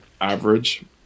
average